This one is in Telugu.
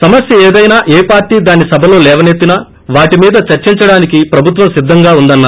సమస్య ఏదైనా ఏ పార్టీ దాన్ని సభలో లేవనెత్తినా వాటిమీద చర్చించడానికి ప్రభుత్వం సిద్దంగా ఉందన్నారు